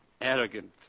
Arrogant